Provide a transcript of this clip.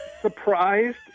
surprised